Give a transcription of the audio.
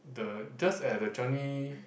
the just at the Changi